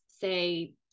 say